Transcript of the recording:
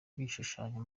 igishushanyo